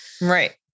Right